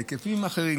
בהיקפים אחרים,